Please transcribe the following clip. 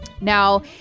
Now